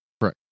Right